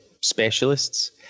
specialists